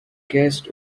guest